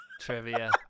trivia